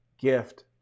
gift